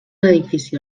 edifici